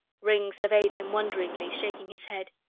ringg surveyed him wonderingly, shaking his head.